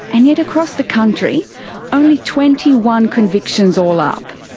and yet across the country only twenty one convictions all up,